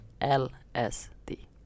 L-S-D